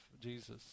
Jesus